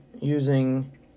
Using